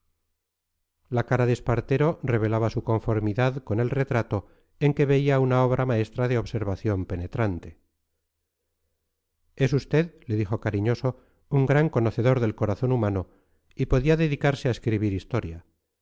la cara de espartero revelaba su conformidad con el retrato en que veía una obra maestra de observación penetrante es usted le dijo cariñoso un gran conocedor del corazón humano y podía dedicarse a escribir historia